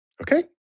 Okay